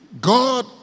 God